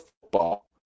football